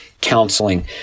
counseling